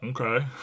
Okay